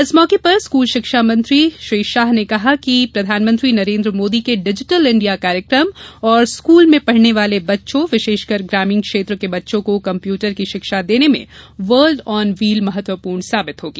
इस मौके स्कूल शिक्षा मंत्री कुँवर विजय शाह ने कहा है कि प्रधानमंत्री नरेन्द्र मोदी के डिजिटल इंडिया कार्यक्रम और स्कूल में पढ़ने वाले बच्चों विशेषकर ग्रामीण क्षेत्र के बच्चों को कम्प्यूटर की शिक्षा देने में वर्ल्ड ऑन व्हील महत्वपूर्ण साबित होगी